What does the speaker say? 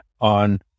on